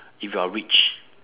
if you are rich